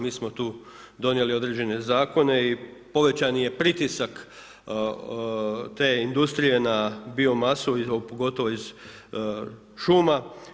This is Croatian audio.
Mi smo tu donijeli određene zakone i povećan je pritisak te industrije na biomasu pogotovo iz šuma.